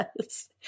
Yes